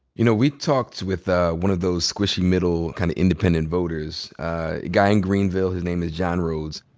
you know, we talked with ah one of those squishy middle kinda kind of independent voters. a guy in greenville. his name is john rhodes.